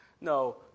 no